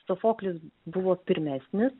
sofoklis buvo pirmesnis